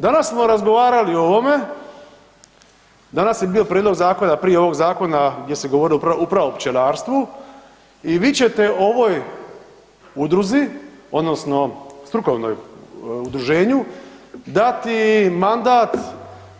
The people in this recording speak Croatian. Danas smo razgovarali o ovome, danas je bio prijedlog zakona prije ovog zakona gdje se govorilo upravo o pčelarstvu i vi ćete ovoj udruzi odnosno strukovnom udruženju dati mandat